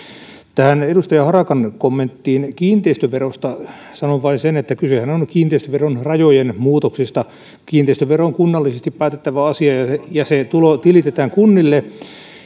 tähän edustaja harakan kommenttiin kiinteistöverosta sanon vain sen että kysehän on kiinteistöveron rajojen muutoksista kiinteistövero on kunnallisesti päätettävä asia ja se tulo tilitetään kunnille